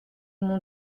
mon